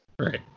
Right